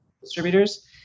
distributors